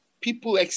people